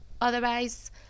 otherwise